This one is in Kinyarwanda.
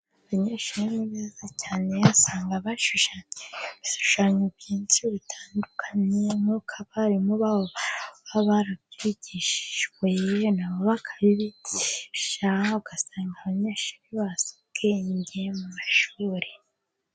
Abanyeshuri ni beza cyane, usanga bashushanya ibishushanyo byinshi bitandukanye nkuko abarimu ba baba barabyigijwe nabo bakabibigisha ugasanga abanyeshuri bamenye ubwenge mu mashuri.